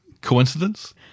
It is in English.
Coincidence